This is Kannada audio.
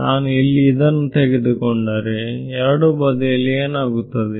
ನಾನು ಇಲ್ಲಿ ಇದನ್ನು ತೆಗೆದುಕೊಂಡರೆ ಎರಡು ಬದಿಯಲ್ಲಿ ಏನಾಗುತ್ತದೆ